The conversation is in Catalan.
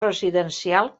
residencial